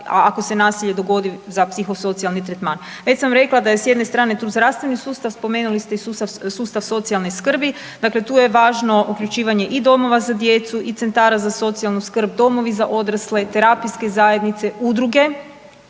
ako se nasilje dogodi za psihosocijalni tretman. Već sam rekla da je s jedne strane tu zdravstveni sustav, spomenuli ste i sustav socijalne skrbi, dakle tu je važno uključivanje i domova za djecu i centara za socijalnu skrb, domovi za odrasle, terapijske zajednice, udruge